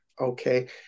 okay